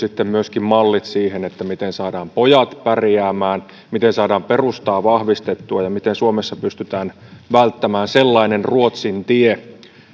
sitten myöskin mallit siihen miten saadaan pojat pärjäämään miten saadaan perustaa vahvistettua ja miten suomessa pystytään välttämään sellainen ruotsin tie